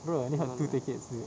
bro I only have two tickets dude